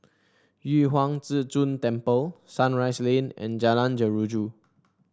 Yu Huang Zhi Zun Temple Sunrise Lane and Jalan Jeruju